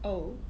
oh